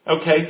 okay